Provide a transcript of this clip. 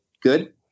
Good